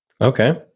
Okay